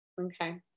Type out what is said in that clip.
Okay